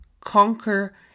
Conquer